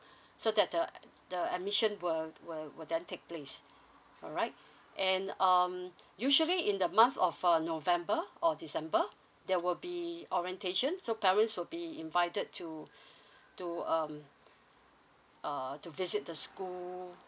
so that uh the admission were were were then take place alright and um usually in the month of uh november or december there will be orientation so parents will be invited to to um err to visit the school